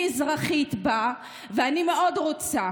אני אזרחית בה ואני מאוד רוצה,